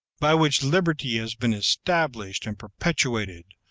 by which liberty has been established and perpetuated,